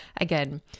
again